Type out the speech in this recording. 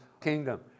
kingdom